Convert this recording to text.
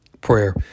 Prayer